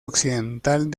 occidental